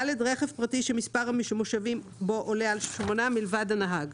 (ד) רכב פרטי שמספר המושבים בו עולה על שמונה מלבד הנהג,